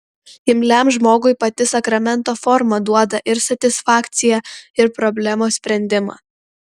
imliam žmogui pati sakramento forma duoda ir satisfakciją ir problemos sprendimą